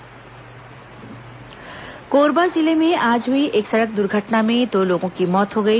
इसे बम दुर्घटना कोरबा जिले में आज हुई एक सड़क दुर्घटना में दो लोगों की मौत हो गई